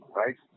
right